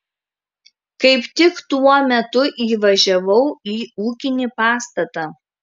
kaip tik tuo metu įvažiavau į ūkinį pastatą